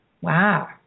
Wow